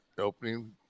opening